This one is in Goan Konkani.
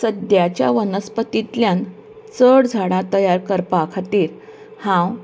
सद्द्याच्या वनस्पतींतल्यान चड झाडां तयार करपा खातीर हांव